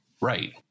Right